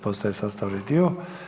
Postaje sastavni dio.